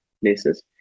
places